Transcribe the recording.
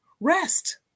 Rest